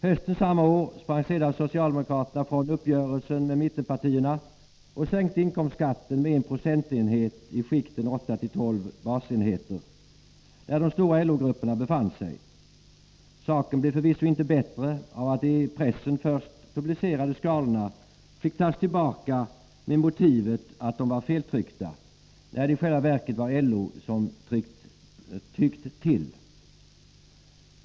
Hösten samma år sprang sedan socialdemokraterna från uppgörelsen med mittenpartierna och sänkte inkomstskatten med en procentenhet i skikten 8-12 basenheter — där de stora LO-grupperna befann sig. Saken blev förvisso inte bättre av att de i pressen först publicerade skalorna fick tas tillbaka med motivet att de var feltryckta, när det i själva verket var LO som tyckt till.